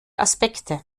aspekte